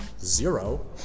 Zero